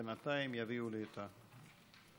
בינתיים יביאו לי את הרשימה.